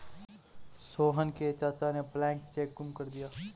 सोहन के चाचा ने ब्लैंक चेक गुम कर दिया